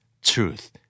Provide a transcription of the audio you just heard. Truth